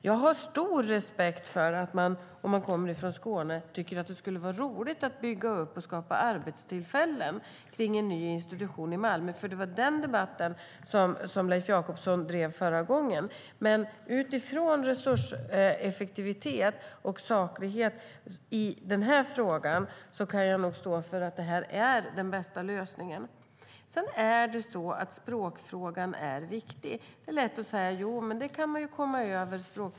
Jag har stor respekt för att man om man kommer från Skåne tycker att det skulle vara roligt att bygga upp och skapa arbetstillfällen kring en ny institution i Malmö. Det var den debatten Leif Jakobsson drev förra gången. Men sett till resurseffektivitet och saklighet i frågan kan jag nog stå för att det här är den bästa lösningen. Även språkfrågan är viktig. Det är lätt att säga: Ja, men språkförbistringen kan man ju komma över.